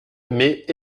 mais